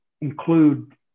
include